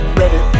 ready